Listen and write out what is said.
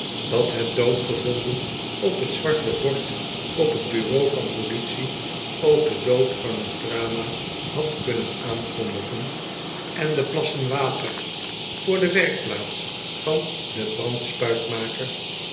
dat het doodge vonden op t zwarte bord op t bureau van politie ook den dood van t drama had kunnen aankondigen en de plassen water voor de werkplaats van den